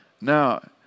Now